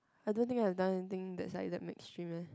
I don't think I have done anything that is like damn extreme eh